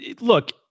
Look